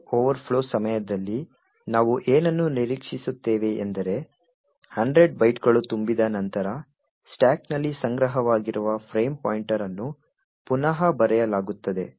buffer overflow ಸಮಯದಲ್ಲಿ ನಾವು ಏನನ್ನು ನಿರೀಕ್ಷಿಸುತ್ತೇವೆಯೆಂದರೆ 100 ಬೈಟ್ಗಳು ತುಂಬಿದ ನಂತರ ಸ್ಟಾಕ್ನಲ್ಲಿ ಸಂಗ್ರಹವಾಗಿರುವ ಫ್ರೇಮ್ ಪಾಯಿಂಟರ್ ಅನ್ನು ಪುನಃ ಬರೆಯಲಾಗುತ್ತದೆ